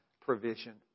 provision